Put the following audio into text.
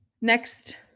next